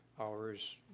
hours